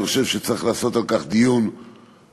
אני חושב שצריך לעשות על כך דיון מאוד